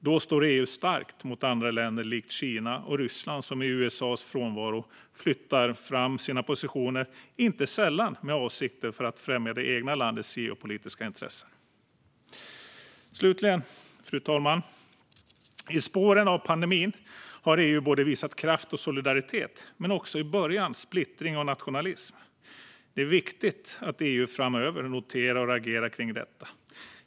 Då står EU starkt mot andra länder, till exempel Kina och Ryssland, som i USA:s frånvaro flyttar fram sina positioner, inte sällan i avsikt att främja sina egna geopolitiska intressen. Fru talman! I spåren av pandemin har EU visat både kraft och solidaritet, men i början också splittring och nationalism. Det är viktigt att EU noterar detta och agerar framöver.